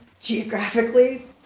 geographically